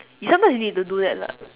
you sometimes you need to do that lah